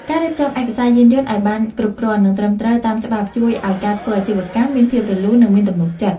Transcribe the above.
ការរៀបចំឯកសារយានយន្តឱ្យបានគ្រប់គ្រាន់និងត្រឹមត្រូវតាមច្បាប់ជួយឱ្យការធ្វើអាជីវកម្មមានភាពរលូន និងមានទំនុកចិត្ត។